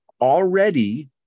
already